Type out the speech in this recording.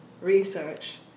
Research